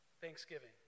Thanksgiving